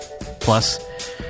Plus